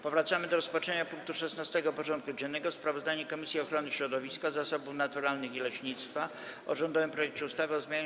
Powracamy do rozpatrzenia punktu 16. porządku dziennego: Sprawozdanie Komisji Ochrony Środowiska, Zasobów Naturalnych i Leśnictwa o rządowym projekcie ustawy o zmianie